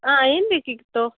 ಹಾಂ ಏನುಬೇಕಿತ್ತು